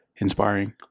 inspiring